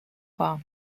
war